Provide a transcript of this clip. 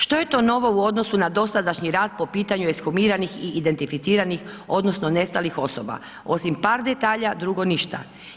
Što je to novo u odnosu na dosadašnji rad po pitanju ekshumiranih i identificiranih odnosno nestalih osoba, osim par detalja, drugo ništa.